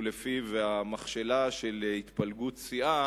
ולפיו המכשלה של התפלגות סיעה